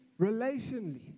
relationally